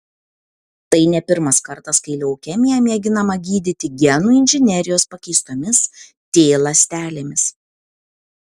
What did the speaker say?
tai ne pirmas kartas kai leukemiją mėginama gydyti genų inžinerijos pakeistomis t ląstelėmis